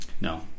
No